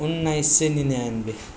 उन्नाइस सय निनानब्बे